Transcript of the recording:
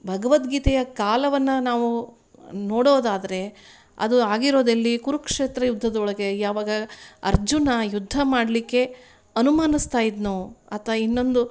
ಭಗವದ್ಗೀತೆಯ ಕಾಲವನ್ನು ನಾವು ನೋಡೋದಾದರೆ ಅದು ಆಗಿರೋದೆಲ್ಲಿ ಕುರುಕ್ಷೇತ್ರ ಯುದ್ಧದೊಳಗೆ ಯಾವಾಗ ಅರ್ಜುನ ಯುದ್ಧ ಮಾಡಲಿಕ್ಕೆ ಅನುಮಾನಿಸ್ತ ಇದ್ನೋ ಆತ ಇನ್ನೊಂದು